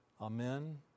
Amen